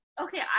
Okay